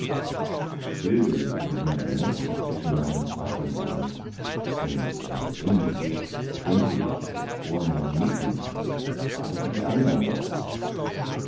die vögel würden dann nester zwischen meinen zweigen bauen und wenn der wind weht könnte ich so vornehm nicken gerade wie die andern dort